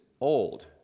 old